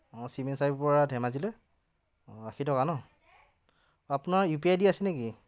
অঁ পৰা ধেমাজিলৈ অঁ আশী টকা ন আপোনাৰ U P I I D আছে নেকি